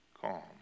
calm